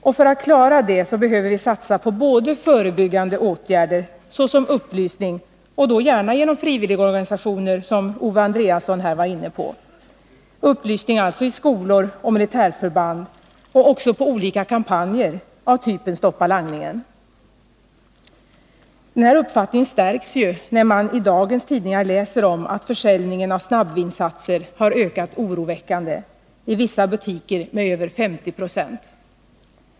Och för att klara detta behöver vi satsa både på förebyggande åtgärder såsom upplysning i skolor och på militärförband — då gärna genom frivilligorganisationer, som Owe Andréasson här var inne på — och på olika kampanjer av typen ”Stoppa langningen”. Denna uppfattning stärks, när man i dagens tidningar läser att försäljningen av snabbvinsatser har ökat oroväckande — i vissa butiker med över 50 90.